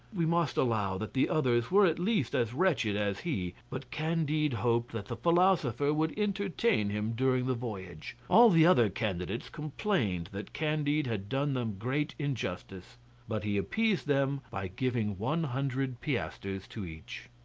we must allow that the others were at least as wretched as he but candide hoped that the philosopher would entertain him during the voyage. all the other candidates complained that candide had done them great injustice but he appeased them by giving one hundred piastres to each.